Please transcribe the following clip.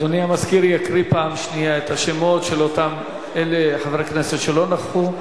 אדוני סגן המזכיר יקריא פעם שנייה את השמות של חברי הכנסת שלא נכחו.